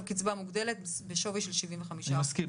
קצבה מוגדלת בשווי של 75%. אני מסכים,